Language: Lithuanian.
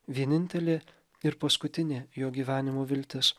vienintelė ir paskutinė jo gyvenimo viltis